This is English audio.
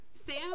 Sam